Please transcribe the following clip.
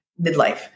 midlife